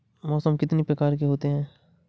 मौसम कितनी प्रकार के होते हैं?